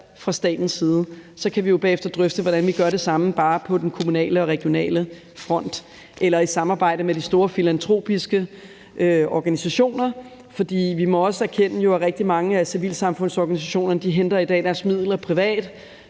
fra statens side. Så kan vi jo bagefter drøfte, hvordan vi gør det samme bare på den kommunale og regionale front eller i samarbejde med de store filantropiske organisationer. For vi må jo også erkende, at rigtig mange af civilsamfundsorganisationerne i dag henter deres midler privat